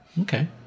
Okay